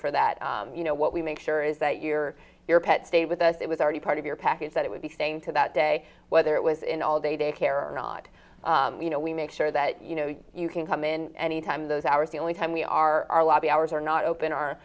for that you know what we make sure is that your your pet stay with us it was already part of your package that it would be staying to that day whether it was in all day daycare or not you know we make sure that you know you can come in any time those hours the only time we are the hours are not open our